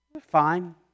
Fine